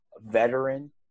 veteran